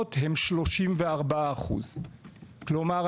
34%. כלומר,